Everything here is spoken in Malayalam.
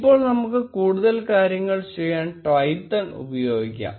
ഇപ്പോൾ നമുക്ക് കൂടുതൽ കാര്യങ്ങൾ ചെയ്യാൻ Twython ഉപയോഗിക്കാം